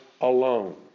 alone